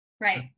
Right